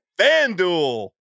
FanDuel